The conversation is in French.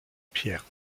pierre